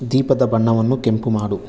ದೀಪದ ಬಣ್ಣವನ್ನು ಕೆಂಪು ಮಾಡು